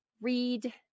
Read